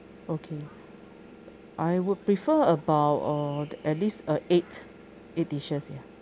okay I would prefer about err at least uh eight eight dishes ya